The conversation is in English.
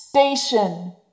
Station